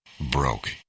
broke